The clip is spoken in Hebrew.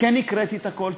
הקראתי את הכול,